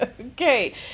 Okay